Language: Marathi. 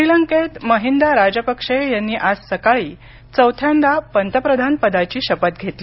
श्रीलंका श्रीलंकेत महिंदा राजपक्षे यांनी आज सकाळी चौथ्यांदा पंतप्रधानपदाची शपथ घेतली